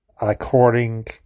according